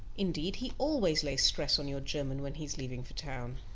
indeed, he always lays stress on your german when he is leaving for town.